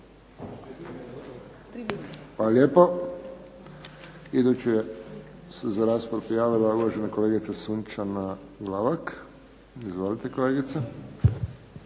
lijepo. Iduća se za raspravu prijavila uvažena kolegica Sunčana Glavak. Izvolite kolegice.